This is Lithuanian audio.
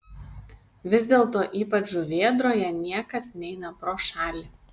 vis dėlto ypač žuvėdroje niekas neina pro šalį